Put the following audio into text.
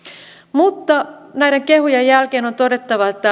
mutta näiden kehujen jälkeen on todettava